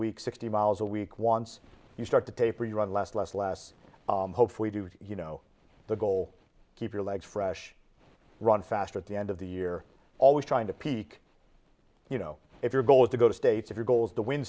week sixty miles a week once you start to taper you run less less less hopefully due to the goal keep your legs fresh run faster at the end of the year always trying to peak you know if your goal is to go to states of your goals to win